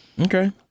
Okay